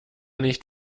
nicht